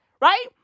right